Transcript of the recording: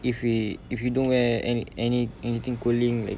if we if we don't wear any any anything cooling like